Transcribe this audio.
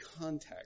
context